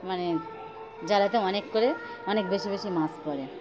মানে জালেতে অনেক করে অনেক বেশি বেশি মাছ পড়ে